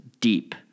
deep